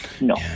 no